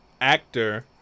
actor